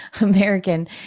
American